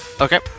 Okay